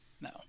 No